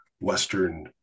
Western